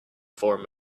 form